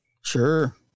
Sure